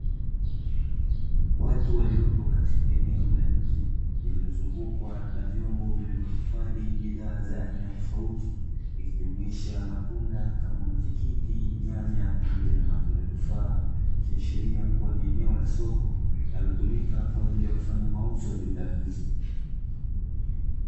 Watu waliopo katika eneo la nje, lililozungukwa na vyombo vilivyohifadhi bidhaa za aina tofauti, ikijumuisha matunda kama matikiti, nyanya pamoja na matunda tofaa, ikiashiria kuwa ni eneo la soko linalotumika kwa ajili ya kufanya mauzo ya bidhaa hizo.